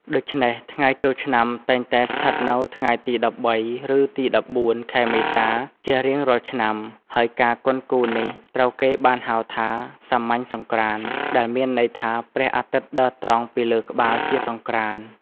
ដូច្នេះ ថ្ងៃចូលឆ្នាំតែងតែស្ថិតនៅថ្ងៃទី ១៣ ឬទី ១៤ ខែមេសាជារៀងរាល់ឆ្នាំ ហើយការគន់គូរនេះត្រូវគេបានហៅថា សាមញ្ញសង្ក្រាន្ត ដែលមានន័យថាព្រះអាទិត្យដើរត្រង់ពីលើក្បាលជាសង្ក្រាន្ត។